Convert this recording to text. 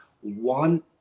one